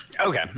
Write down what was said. Okay